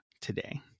today